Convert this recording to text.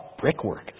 brickwork